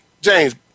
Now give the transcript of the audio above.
James